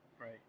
Right